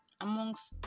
amongst